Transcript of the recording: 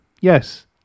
yes